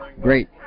great